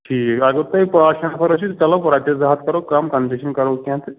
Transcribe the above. ٹھیٖک اگر تُہۍ پانٛژھ شےٚ نَفر ٲسِو چلو رۄپیَس زٕ ترٛےٚ ہَتھ کَرو کَم کَنسیشن کَرو کیٚنٛہہ تہٕ